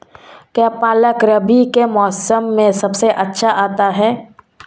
क्या पालक रबी के मौसम में सबसे अच्छा आता है?